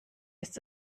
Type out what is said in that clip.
ist